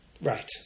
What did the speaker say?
Right